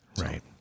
Right